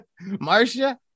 marcia